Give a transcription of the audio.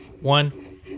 one